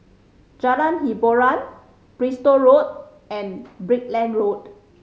Jalan Hiboran Bristol Road and Brickland Road